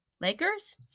Lakers